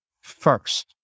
first